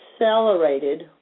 accelerated